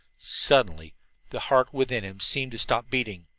suddenly the heart within him seemed to stop beating.